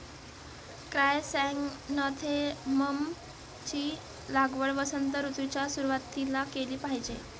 chrysanthemum ची लागवड वसंत ऋतूच्या सुरुवातीला केली पाहिजे